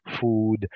food